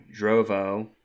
Drovo